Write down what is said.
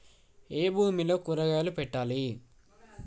ఏ భూమిలో కూరగాయలు పెట్టాలి?